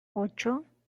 ocho